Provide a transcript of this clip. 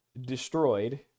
destroyed